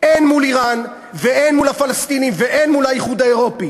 הן מול איראן והן מול הפלסטינים והן מול האיחוד האירופי.